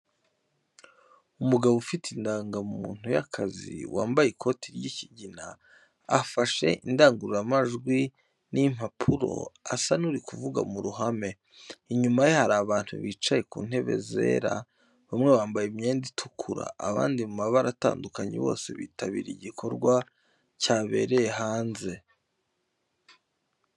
Umugabo ufite indangamuntu y'akazi, wambaye ikoti ry'ikigina, afashe indangururamajwi n’impapuro, asa n’uri kuvuga mu ruhame. Inyuma ye hari abantu bicaye ku ntebe zera, bamwe bambaye imyenda itukura, abandi mu mabara atandukanye, bose bitabiriye igikorwa cyabereye hanze.